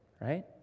right